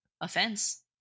offense